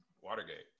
Watergate